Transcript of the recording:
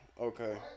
okay